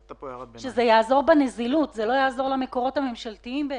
יעזור בנזילות, זה לא יעזור למקורות הממשלתיים.